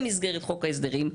במסגרת חוק ההסדרים?